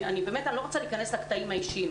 באמת, אני לא רוצה להיכנס לקטעים האישיים.